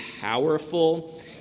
powerful